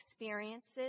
experiences